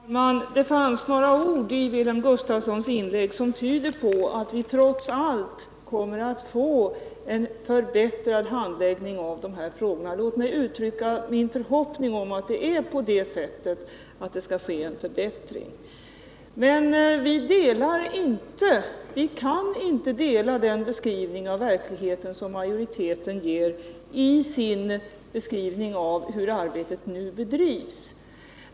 Herr talman! Det fanns några ord i Wilhelm Gustafssons inlägg som tyder på att vi trots allt kommer att få en förbättrad handläggning av de här frågorna. Låt mig uttrycka min förhoppning om att det skall bli en förbättring. Men vi kan inte godta den beskrivning av verkligheten som majoriteten ger i sin skildring av hur arbetet nu bedrivs.